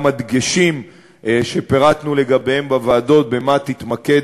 וגם הדגשים שפירטנו לגביהם בוועדות, במה תתמקד